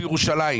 איתי?